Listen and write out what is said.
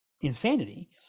insanity